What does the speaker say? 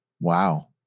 Wow